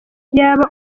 yaba